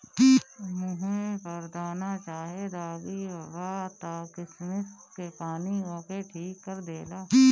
मुहे पर दाना चाहे दागी बा त किशमिश के पानी ओके ठीक कर देला